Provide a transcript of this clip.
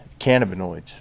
cannabinoids